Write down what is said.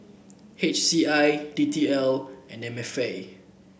H C I D T L and M F A